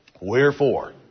Wherefore